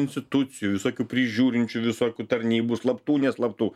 institucijų visokių prižiūrinčių visokių tarnybų slaptų neslaptų